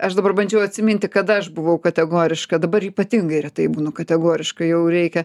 aš dabar bandžiau atsiminti kada aš buvau kategoriška dabar ypatingai retai būnu kategoriška jau reikia